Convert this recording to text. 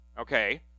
Okay